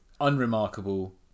Unremarkable